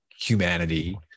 humanity